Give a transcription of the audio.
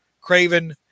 Craven